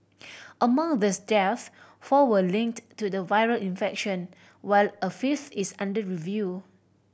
among these deaths four were linked to the viral infection while a fifth is under review